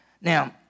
Now